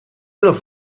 los